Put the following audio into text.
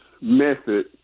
method